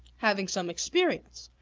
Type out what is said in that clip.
having some experience.